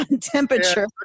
temperature